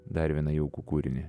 dar vieną jaukų kūrinį